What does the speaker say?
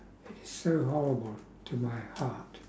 it is so horrible to my heart